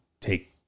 take